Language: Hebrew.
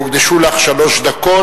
הוקדשו לך שלוש דקות.